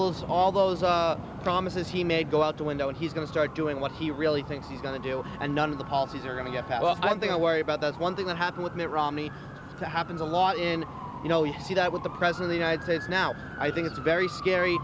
those all those promises he made go out the window and he's going to start doing what he really thinks he's going to do and none of the policies are going to get that well i'm thing i worry about that's one thing that happened with mitt romney that happens a lot in you know you see that with the present the united states now i think it's very scary